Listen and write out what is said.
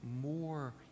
more